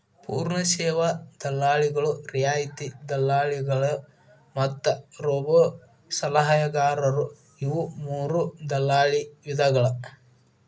ಪೂರ್ಣ ಸೇವಾ ದಲ್ಲಾಳಿಗಳು, ರಿಯಾಯಿತಿ ದಲ್ಲಾಳಿಗಳು ಮತ್ತ ರೋಬೋಸಲಹೆಗಾರರು ಇವು ಮೂರೂ ದಲ್ಲಾಳಿ ವಿಧಗಳ